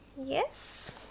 Yes